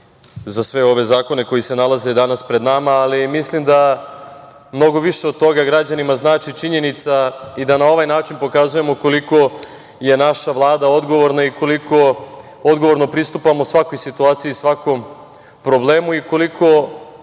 za sve ove zakone koji se nalaze danas pred nama. Mislim da mnogo više od toga građanima znači činjenica i da na ovaj način pokazujemo koliko je naša Vlada odgovorna i koliko odgovorno pristupamo svakoj situaciji i svakom problemu i koliko